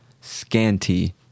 Scanty